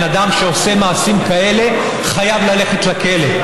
בן אדם שעושה מעשים כאלה חייב ללכת לכלא,